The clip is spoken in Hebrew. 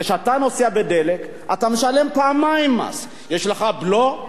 כשאתה נוסע אתה משלם פעמיים מס בדלק: יש לך בלו,